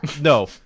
no